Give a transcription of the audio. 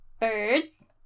Birds